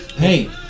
Hey